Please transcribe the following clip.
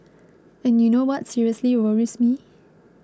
and you know what seriously worries me